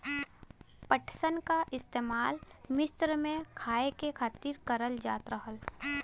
पटसन क इस्तेमाल मिस्र में खाए के खातिर करल जात रहल